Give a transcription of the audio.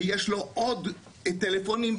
ויש לו עוד טלפונים,